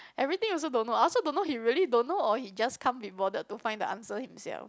everything also don't know I also don't know he really don't know or he just can't be bothered to find the answer himself